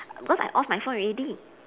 because I off my phone already